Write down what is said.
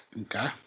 Okay